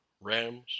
rams